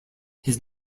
his